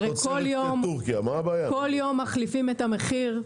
כל יום מליפים את המחיר,